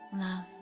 love